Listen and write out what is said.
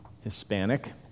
Hispanic